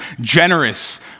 Generous